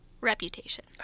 Reputation